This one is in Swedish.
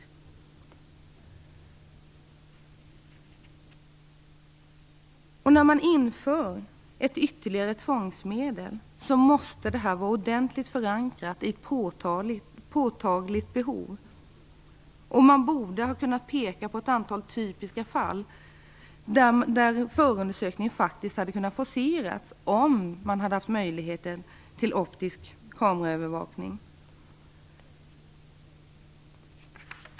När man inför ett ytterligare tvångsmedel måste det vara ordentligt förankrat i ett påtagligt behov. Man borde ha kunnat peka på ett antal typiska fall där förundersökningen hade kunnat forceras om man haft möjlighet till optisk kameraövervakning.